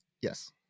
Yes